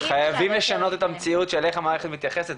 חייבים לשנות את המציאות של איך המערכת מתייחסת,